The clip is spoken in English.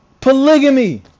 polygamy